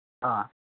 ꯑꯥ